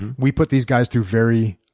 and we put these guys through very